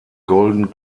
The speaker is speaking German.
golden